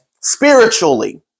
spiritually